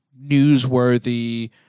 newsworthy